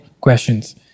questions